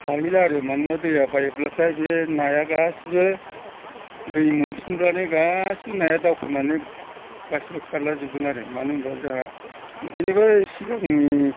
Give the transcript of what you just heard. हाहैला आरो मानोना दैया बायोब्लाथाय बे नाया गासैबो दै मोनफिनब्लानो गासैबो नाया दवखोनानै गासैबो खारलाजोबगोन आरो मानो होमब्ला जाहा ओंखायनो बै सिगांनि